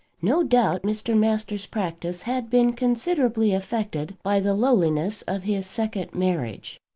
no doubt mr. masters' practice had been considerably affected by the lowliness of his second marriage.